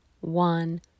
one